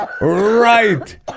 Right